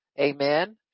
Amen